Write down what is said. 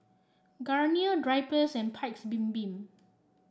Garnier Drypers and Paik's Bibim